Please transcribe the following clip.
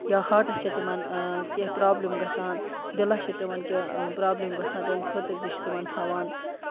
یا ہاٹَس چھِ تِمَن کیٚنٛہہ پرابلم گَژھان دِلَس چھےٚ تِمَن کیٚنٛہہ پرابلم گَژھان تَمہِ خٲطرٕ تہِ چھِ تِمَن تھاوان